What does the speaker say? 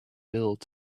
built